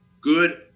good